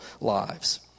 lives